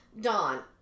Dawn